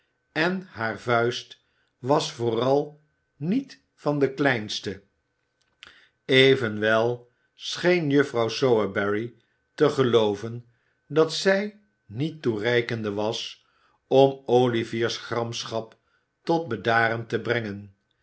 en haar vuist was vooral niet van de kleinste evenwel scheen juffrouw sowerberry te gelooven dat zij niet toereikende was om olivier's gramschap tot bedaren te brengen